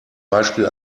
beispiel